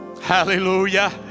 Hallelujah